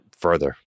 further